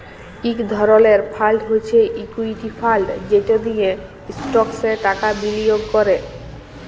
ইক ধরলের ফাল্ড হছে ইকুইটি ফাল্ড যেট দিঁয়ে ইস্টকসে টাকা বিলিয়গ ক্যরে